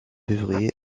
février